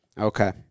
Okay